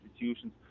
institutions